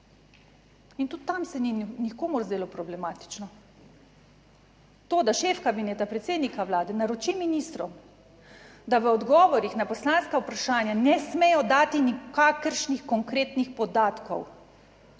In tudi tam se ni nikomur zdelo problematično to, da šef kabineta predsednika vlade naroči ministrom, da v odgovorih na poslanska vprašanja ne smejo dati nikakršnih konkretnih podatkov,